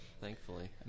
thankfully